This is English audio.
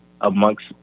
amongst